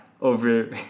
over